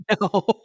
No